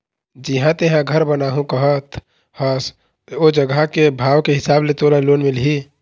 जिहाँ तेंहा घर बनाहूँ कहत हस ओ जघा के भाव के हिसाब ले तोला लोन मिलही